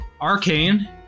Arcane